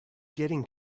getting